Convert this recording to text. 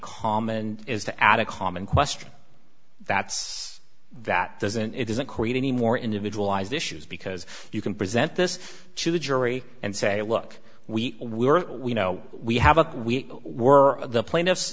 is to add a common question that's that doesn't it doesn't create any more individualized issues because you can present this to the jury and say look we were we know we have a we were the plaintiffs